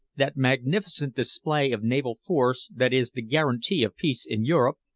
that magnificent display of naval force that is the guarantee of peace in europe,